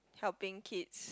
helping kids